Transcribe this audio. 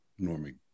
norming